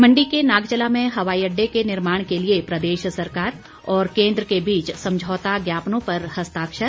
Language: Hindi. मंडी के नागचला में हवाई अड़डे के निर्माण के लिए प्रदेश सरकार और केन्द्र के बीच समझौता ज्ञापनों पर हस्ताक्षर